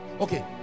okay